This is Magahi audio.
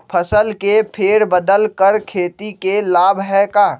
फसल के फेर बदल कर खेती के लाभ है का?